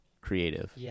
creative